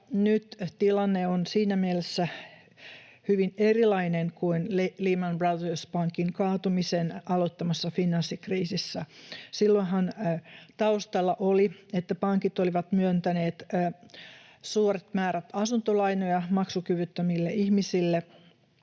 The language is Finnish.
nyt tilanne on siinä mielessä hyvin erilainen kuin Lehman Brothers ‑pankin kaatumisen aloittamassa finanssikriisissä, että silloinhan taustalla oli, että pankit olivat myöntäneet suuret määrät asuntolainoja maksukyvyttömille ihmisille